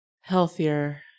healthier